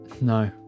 No